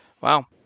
Wow